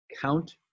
count